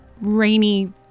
rainy